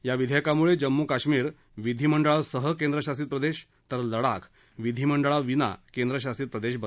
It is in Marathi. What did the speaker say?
या विधेयकामुळे जम्मू कश्मीर विधीमंडळासह केंद्रशासित प्रदेश तर लडाख विधीमंडळाविना केंद्रशासित प्रदेश बनले आहेत